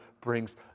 brings